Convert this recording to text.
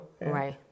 Right